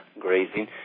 grazing